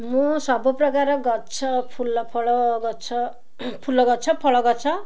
ମୁଁ ସବୁପ୍ରକାର ଗଛ ଫୁଲ ଫଳ ଗଛ ଫୁଲ ଗଛ ଫଳ ଗଛ